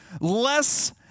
less